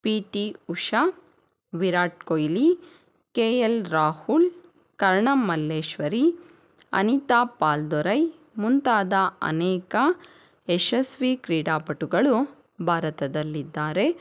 P T Usha Virat Kohli K L Rahul Karnam Malleswari Anita Pal Dorai ಮುಂತಾದ ಅನೇಕ ಯಶಸ್ವಿ ಕ್ರೀಡಾಪಟುಗಳು ಭಾರತದಲ್ಲಿದ್ದಾರೆ